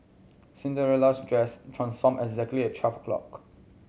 Cinderella's dress transformed exactly at twelve o'clock